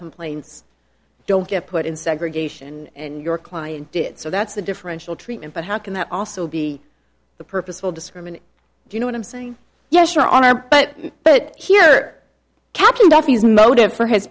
complaints don't get put in segregation and your client did so that's the differential treatment but how can that also be the purposeful discriminate do you know what i'm saying yes your honor but but here captain duffy's motive for his